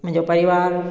मुंहिंजो परिवारु